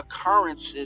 occurrences